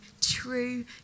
true